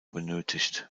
benötigt